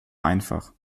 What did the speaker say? einfach